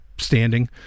standing